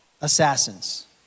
assassins